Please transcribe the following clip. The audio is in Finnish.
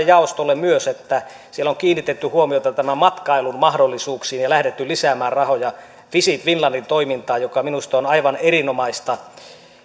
jaostolle myös hän tuossa mainitsi että siellä on kiinnitetty huomiota matkailun mahdollisuuksiin ja lähdetty lisäämään rahoja visit finlandin toimintaan mikä minusta on aivan erinomaista